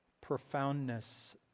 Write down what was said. profoundness